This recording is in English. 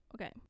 Okay